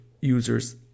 users